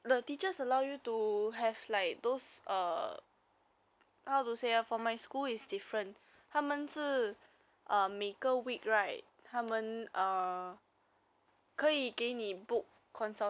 I mean at your own free time lah the assignment lah you can take slow slowly take it slowly to do it but err it's like limited lor you can only do that few questions